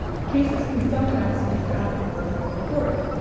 cases can sometimes be found in more than one reporter.